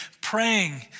praying